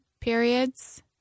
periods